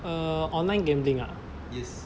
err online gambling ah